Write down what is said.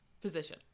position